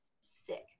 Sick